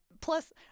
Plus